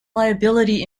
liability